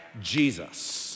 Jesus